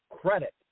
credit